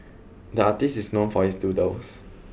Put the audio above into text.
the artist is known for his doodles